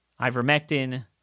ivermectin